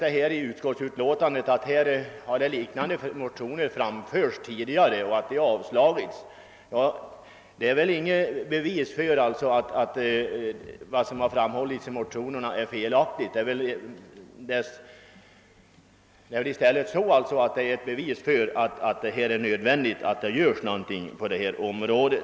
I utskottsutlåtandet påpekas att liknande motioner som framförts tidigare har avslagits. Det är väl inget bevis för att vad som har framhållits i motionerna är felaktigt. Det är nog snarare ett bevis för att det är nödvändigt att något görs på detta område.